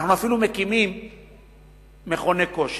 אנחנו אפילו מקימים מכוני כושר.